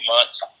months